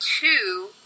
two